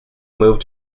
move